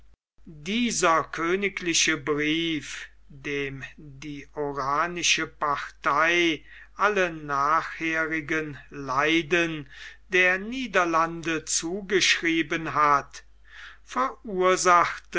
dieser königliche brief dem die oranische partei alle nachherigen leiden der niederlande zugeschrieben hat verursachte